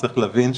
צריך להבין,